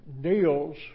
deals